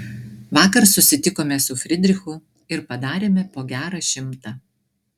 vakar susitikome su fridrichu ir padarėme po gerą šimtą